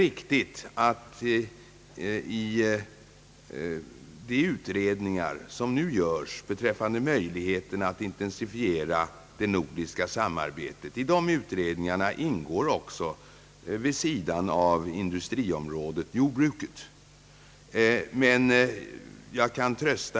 I de utredningar som nu görs beträffande möjligheterna att intensifiera det nordiska samarbetet behandlas vid sidan av industrin också jordbruket — det är riktigt.